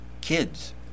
kids